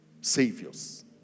Saviors